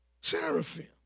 Seraphim